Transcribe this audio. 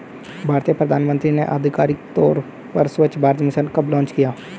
भारतीय प्रधानमंत्री ने आधिकारिक तौर पर स्वच्छ भारत मिशन कब लॉन्च किया?